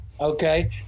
okay